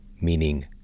meaning